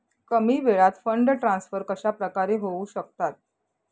कमी वेळात fund transfer कशाप्रकारे होऊ शकतात?